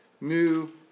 new